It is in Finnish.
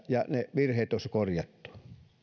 ja ne virheet on korjattu